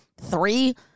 three